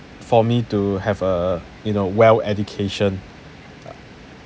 for me to have a you know well education